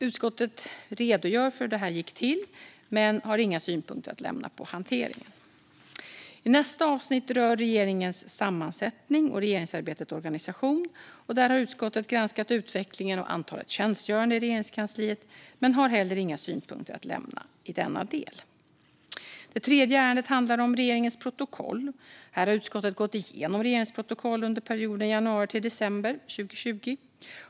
Utskottet redogör för hur detta gick till men har inga synpunkter att lämna på hanteringen. Nästa avsnitt rör regeringens sammansättning och regeringsarbetets organisation. Utskottet har granskat utvecklingen av antalet tjänstgörande i Regeringskansliet men har inga synpunkter att lämna i denna del. Det tredje ärendet handlar om regeringens protokoll. Här har utskottet gått igenom regeringsprotokoll under perioden januari-december 2020.